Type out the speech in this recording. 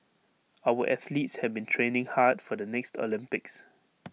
our athletes have been training hard for the next Olympics